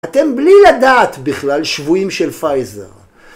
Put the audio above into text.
אתם בלי לדעת בכלל שבויים של פייזר